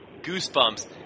goosebumps